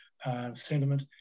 sentiment